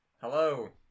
Hello